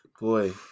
Boy